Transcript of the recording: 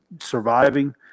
surviving –